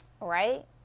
Right